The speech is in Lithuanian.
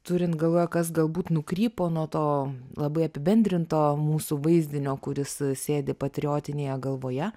turint galvoje kas galbūt nukrypo nuo to labai apibendrinto mūsų vaizdinio kuris sėdi patriotinėje galvoje